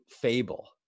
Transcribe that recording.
fable